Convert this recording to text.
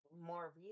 more